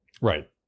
right